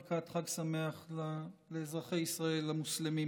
ברכת חג שמח לאזרחי ישראל המוסלמים.